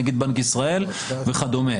נגיד בנק ישראל וכדומה.